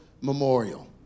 memorial